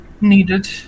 needed